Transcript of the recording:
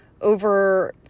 over